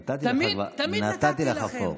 נתתי לך כבר, נתתי לך פור.